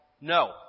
No